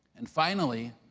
and finally,